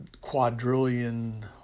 quadrillion